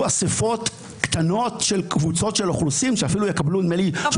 אספות קטנות של קבוצות של אוכלוסין שאפילו יקבלו נדמה לי,